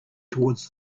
toward